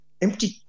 empty